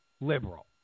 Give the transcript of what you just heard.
liberal